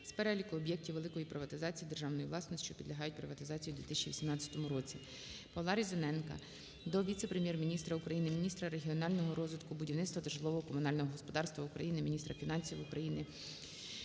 з переліку об'єктів великої приватизації державної власності, що підлягають приватизації у 2018 році. ПавлаРізаненка до віце-прем'єр-міністра України - міністра регіонального розвитку, будівництва та житлово-комунального господарства України, міністра фінансів України